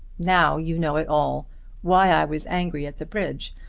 now you know it all why i was angry at the bridge,